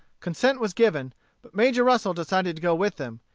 consent was given but major russel decided to go with them,